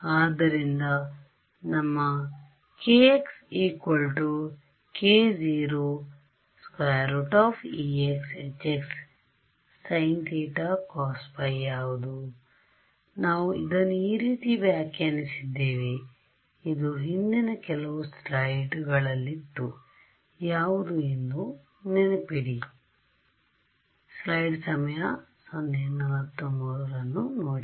ಆದ್ದರಿಂದನಮ್ಮ kx k0exhxsin θ cos ϕ ಯಾವುದು ನಾವು ಇದನ್ನು ಈ ರೀತಿ ವ್ಯಾಖ್ಯಾನಿಸಿದ್ದೇವೆ ಇದು ಹಿಂದಿನ ಕೆಲವು ಸ್ಲೈಡ್ಗಳಲ್ಲಿತ್ತು ಯಾವುದು ಎಂದು ನೆನಪಿಡಿ